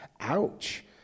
Ouch